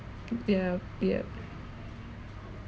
yeah yup